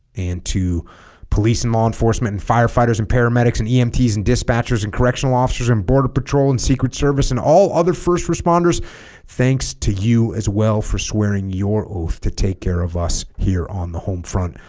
and to police and law enforcement and firefighters and paramedics and emts and dispatchers and correctional officers and border patrol and secret service and all other first responders thanks to you as well for swearing your oath to take care of us here on the home front